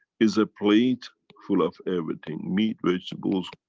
is ah plate full of everything meat, vegetables,